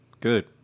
Good